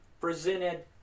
presented